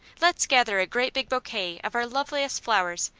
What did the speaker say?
let's gather a great big bouquet of our loveliest flowers,